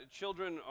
children